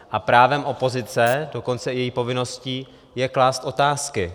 A právem opozice, dokonce její povinností je klást otázky.